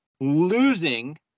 losing